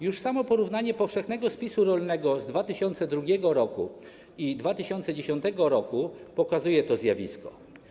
Już samo porównanie powszechnego spisu rolnego z 2002 r. i 2010 r. pokazuje to zjawisko.